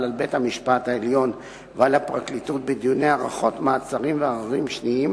על בית-המשפט העליון ועל הפרקליטות בדיוני הארכות מעצרים ועררים שניים,